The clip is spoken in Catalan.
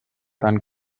tant